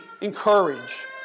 encourage